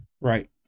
Right